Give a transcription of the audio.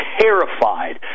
terrified